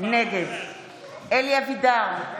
נגד אלי אבידר,